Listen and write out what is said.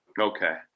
Okay